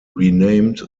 renamed